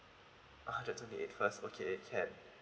hundred twenty eight first okay can